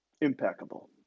impeccable